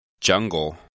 Jungle